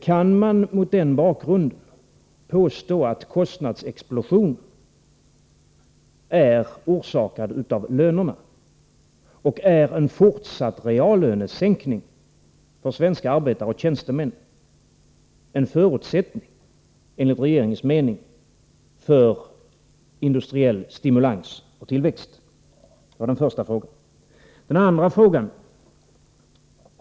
Kan man mot den bakgrunden påstå att kostnadsexplosionen är orsakad av lönerna, och är en fortsatt reallönesänkning för svenska arbetare och tjänstemän en förutsättning enligt regeringens mening för industriell stimulans och tillväxt? Det är den första frågan. Så till den andra frågan.